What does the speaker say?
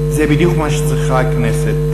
זה בדיוק מה שצריכה הכנסת,